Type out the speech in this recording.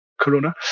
Corona